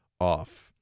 off